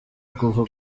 kuva